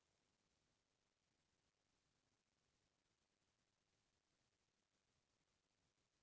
कइ झन कुकरा के धंधा नई करके खाली अंडा के धंधा करथे